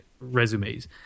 resumes